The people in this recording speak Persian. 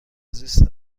زیست